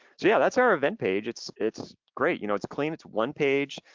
so yeah, that's our event page. it's it's great, you know it's clean, it's one page,